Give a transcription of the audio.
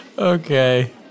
Okay